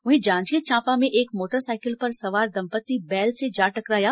वहीं जांजगीर चांपा में एक मोटरसाइकिल पर सवार दंपत्ति बैल से जा टकराया